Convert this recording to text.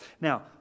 Now